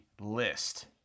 list